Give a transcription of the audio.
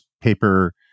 paper